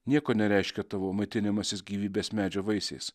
nieko nereiškia tavo maitinimasis gyvybės medžio vaisiais